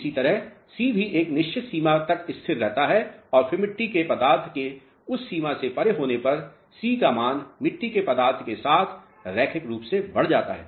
इसी तरह c भी एक निश्चित सीमा तक स्थिर रहता है और फिर मिट्टी के पदार्थ के उस सीमा से परे होने पर c का मान मिट्टी के पदार्थ के साथ रैखिक रूप से बढ़ जाता है